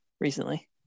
recently